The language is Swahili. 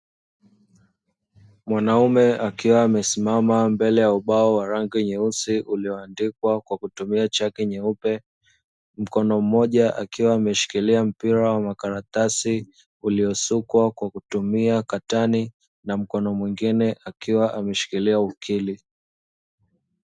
Mwanaume akiwa amesimama mbele ya ubao mweusi uliondikwa kwa kutumia chaki nyeupe. Mkono mmoja akiwa ameshika mpira wa makaratasi uliosukwa kwa kutumia katani na mkono mwingine akiwa ameshikilia ukili.